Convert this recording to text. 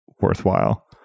worthwhile